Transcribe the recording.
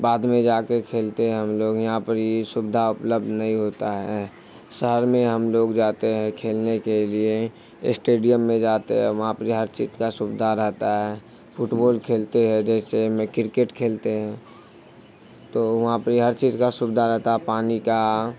بعد میں جا کے کھیلتے ہیں ہم لوگ یہاں پر ہی سویدھا اپلبدھ نہیں ہوتا ہے شہر میں ہم لوگ جاتے ہیں کھیلنے کے لیے اسٹیڈیم میں جاتے ہے وہاں پہ جو ہے ہر چیز کا سویدھا رہتا ہے فٹ بال کھیلتے ہیں جیسے میں کرکٹ کھیلتے ہیں تو وہاں پہ ہر چیز کا سویدھا رہتا ہے پانی کا